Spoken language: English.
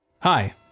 Hi